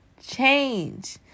change